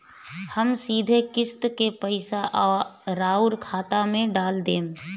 हम सीधे किस्त के पइसा राउर खाता में डाल देम?